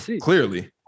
Clearly